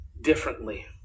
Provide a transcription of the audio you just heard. differently